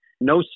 No